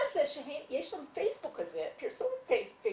יש פרסומת פייסבוק,